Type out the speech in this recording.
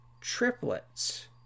triplets